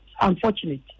Unfortunate